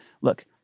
look